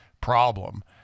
problem